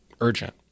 urgent